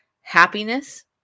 happiness